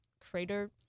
crater